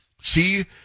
See